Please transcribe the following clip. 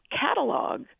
catalog